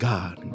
God